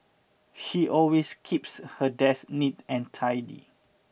she always keeps her desk neat and tidy